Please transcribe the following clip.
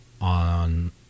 on